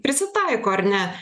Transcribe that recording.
prisitaiko ar ne